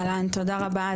אהלן תודה רבה,